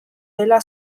dela